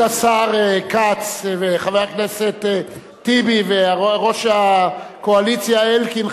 כבוד השר כץ וחבר הכנסת טיבי וראש הקואליציה אלקין,